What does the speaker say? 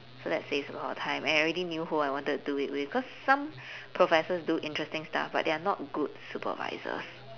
so that saves a lot of time and I already knew who I wanted to do it with cause some professors do interesting stuff but they're not good supervisors